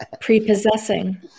Prepossessing